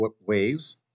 waves